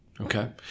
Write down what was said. Okay